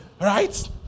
Right